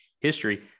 history